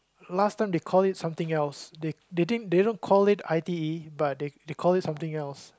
last time they call it something else they they didn't they don't call it I_T_E but they they call it something else